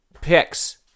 picks